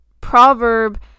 Proverb